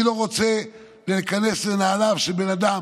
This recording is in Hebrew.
אני לא רוצה להיכנס לנעליו של בן אדם